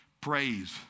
Praise